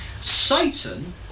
satan